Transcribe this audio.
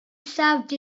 served